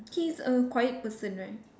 he is a quiet person right